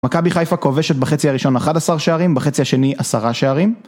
מכבי חיפה כובשת בחצי הראשון 11 שערים, בחצי השני 10 שערים.